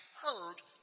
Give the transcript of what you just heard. heard